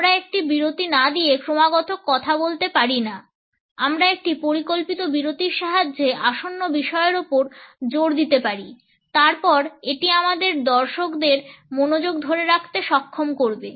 আমরা একটি বিরতি না দিয়ে ক্রমাগত কথা বলতে পারি না আমরা একটি পরিকল্পিত বিরতির সাহায্যে আসন্ন বিষয়ের উপর জোর দিতে পারি তারপর এটি আমাদের দর্শকদের মনোযোগ ধরে রাখতে সক্ষম করবে